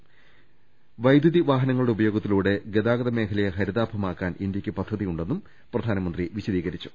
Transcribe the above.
electrical വാഹനങ്ങളുടെ ഉപയോഗത്തിലൂടെ ഗതാഗത മേഖലയെ ഹരിതാഭമാക്കാൻ ഇന്തൃക്ക് പദ്ധതിയുണ്ടെന്നും പ്രധാനമന്ത്രി വിശദീകരിച്ചു